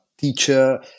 teacher